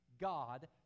God